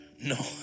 No